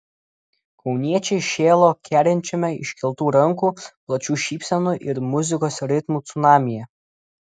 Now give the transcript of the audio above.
kauniečiai šėlo kerinčiame iškeltų rankų plačių šypsenų ir muzikos ritmų cunamyje